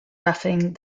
roughing